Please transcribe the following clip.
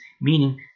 meaning